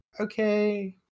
okay